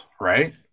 right